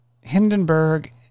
Hindenburg